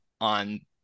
on